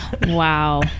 Wow